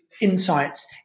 insights